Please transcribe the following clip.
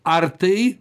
ar tai